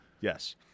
yes